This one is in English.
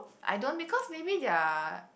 I don't because maybe they are